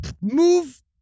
move